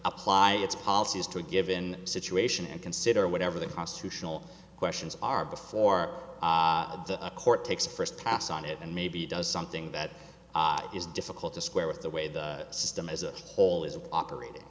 apply its policies to a given situation and consider whatever the constitutional questions are before a court takes a first pass on it and maybe does something that is difficult to square with the way the system as a whole is operating